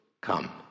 come